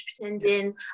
pretending